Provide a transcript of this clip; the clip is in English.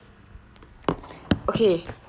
okay